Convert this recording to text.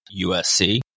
USC